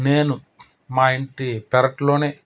నేను మా ఇంటి పెరట్లోనే